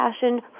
passion